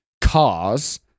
cars